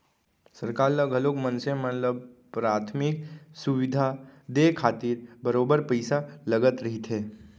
सरकार ल घलोक मनसे मन ल पराथमिक सुबिधा देय खातिर बरोबर पइसा लगत रहिथे